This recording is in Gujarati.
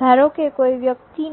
ધારોકે કોઈ વ્યક્તિ